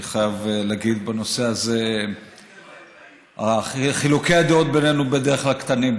אני חייב להגיד שבנושא הזה חילוקי הדעות בינינו בדרך כלל קטנים.